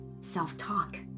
self-talk